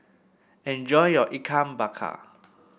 enjoy your Ikan Bakar